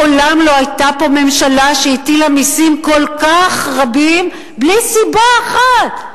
מעולם לא היתה פה ממשלה שהטילה מסים כל כך רבים בלי סיבה אחת.